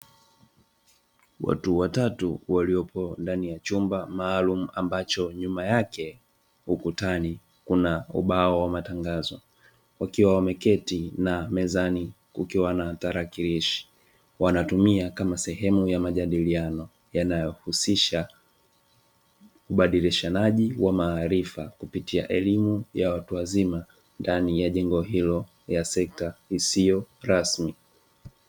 Watu watatu waliopo ndani ya chumba maalumu, ambacho nyuma yake ukutani kuna ubao wa matangazo wakiwa wameketi na mezani kukiwa na tarakilishi, wanatumia kama sehemu ya majadiliano yanayohusisha ubadilishanaji wa maarifa kupitia elimu ya watu wazima ndani ya jengo hilo ya sekta isiyo rasmi.